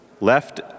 Left